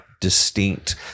distinct